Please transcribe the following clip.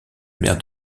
mère